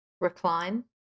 recline